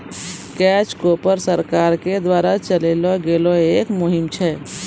catch कॉर्प सरकार के द्वारा चलैलो गेलो एक मुहिम छै